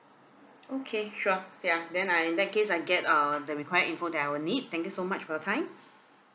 okay sure ya then uh in that case I get uh the required info that I will need thank you so much for your time